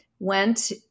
went